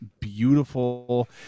beautiful